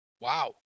wow